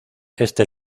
este